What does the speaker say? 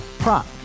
Prop